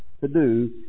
to-do